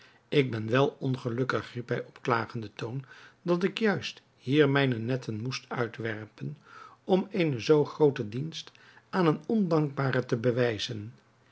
ik ben wel ongelukkig riep hij op klagenden toon dat ik juist hier mijne netten moest uitwerpen om eene zoo groote dienst aan een ondankbare te bewijzen